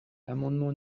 l’amendement